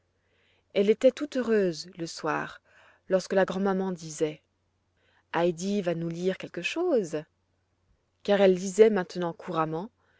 elle était tout heureuse le soir lorsque la grand'maman disait heidi va nous lire quelque chose car elle lisait maintenant couramment